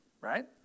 right